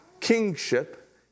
kingship